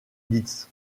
liszt